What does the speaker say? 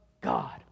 God